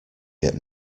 get